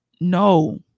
no